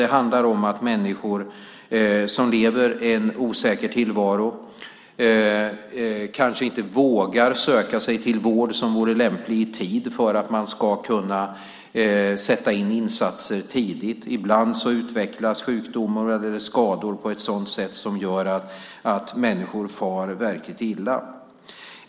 Det handlar om att människor som lever i en osäker tillvaro kanske inte vågar att i tid söka sig till vård som vore lämplig för att man ska kunna sätta in insatser tidigt. Ibland utvecklas sjukdomar eller skador på ett sådant sätt att människor far verkligt illa.